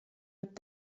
het